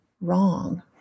wrong